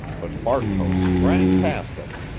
but barkhouse sprang past us,